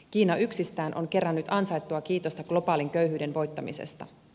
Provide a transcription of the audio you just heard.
kiina yksistään on kerännyt ansaittua kiitosta globaalin köyhyyden voittamisesta